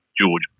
George